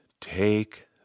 take